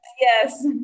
yes